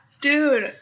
Dude